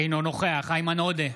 אינו נוכח איימן עודה,